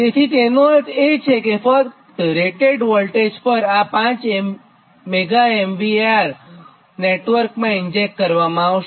તેથી તેનો અર્થ એ છે કે ફક્ત રેટેડ વોલ્ટેજ પર આ 5 Mega VAR નેટવર્કમાં ઇન્જેક્ટ કરવામાં આવશે